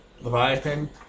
Leviathan